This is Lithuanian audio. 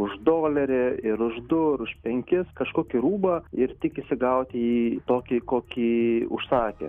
už dolerį ir už du ir už penkis kažkokį rūbą ir tikisi gauti jį tokį kokį užsakė